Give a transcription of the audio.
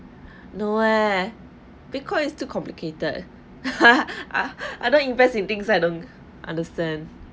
no eh because it's too complicated I I don't invest in things I don't understand